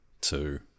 Two